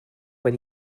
but